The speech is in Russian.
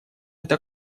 это